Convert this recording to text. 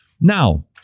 Now